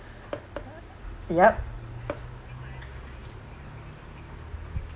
yup